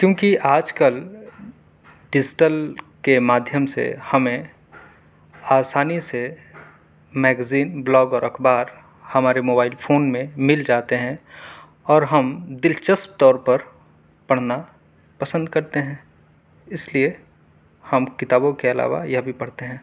کیونکہ آج کل ڈیجٹل کے مادھیم سے ہمیں آسانی سے میگزین بلاگ اور اخبار ہمارے موبائل فون میں مل جاتے ہیں اور ہم دلچسپ طور پر پڑھنا پسند کرتے ہیں اس لیے ہم کتابوں کے علاوہ یہ بھی پڑھتے ہیں